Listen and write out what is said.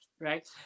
Right